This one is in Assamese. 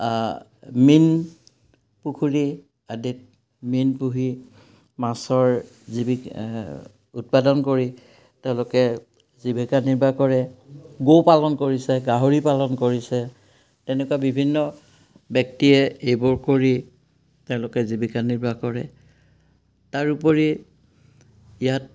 মীন পুখুৰী আদিত মীন পুহি মাছৰ জীৱিকা উৎপাদন কৰি তেওঁলোকে জীৱিকা নিৰ্বাহ কৰে গো পালন কৰিছে গাহৰি পালন কৰিছে তেনেকুৱা বিভিন্ন ব্যক্তিয়ে এইবোৰ কৰি তেওঁলোকে জীৱিকা নিৰ্বাহ কৰে তাৰোপৰি ইয়াত